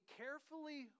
carefully